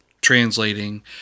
translating